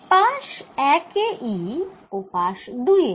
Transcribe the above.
পাশ 1 এ E ও পাশ 2 এ E